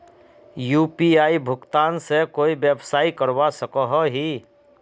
UPI भुगतान से कोई व्यवसाय करवा सकोहो ही?